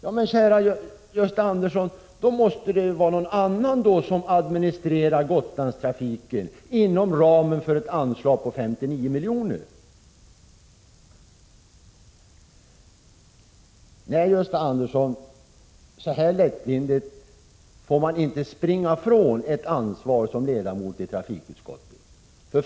Men då måste det ju bli någon annan som administrerar Gotlandstrafiken inom ramen för ett anslag på 59 miljoner. Nej, Gösta Andersson, så lättvindigt får man inte springa ifrån ett ansvar som ledamot i trafikutskottet.